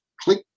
Click